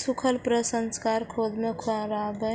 सूखल प्रसंस्करण रौद मे सुखाबै